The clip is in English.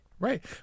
Right